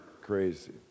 crazy